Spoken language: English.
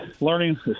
learning